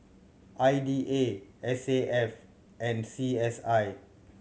I D A S A F and C S I